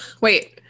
Wait